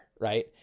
right